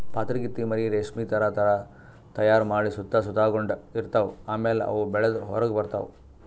ಪಾತರಗಿತ್ತಿ ಮರಿ ರೇಶ್ಮಿ ಥರಾ ಧಾರಾ ತೈಯಾರ್ ಮಾಡಿ ಸುತ್ತ ಸುತಗೊಂಡ ಇರ್ತವ್ ಆಮ್ಯಾಲ ಅವು ಬೆಳದ್ ಹೊರಗ್ ಬರ್ತವ್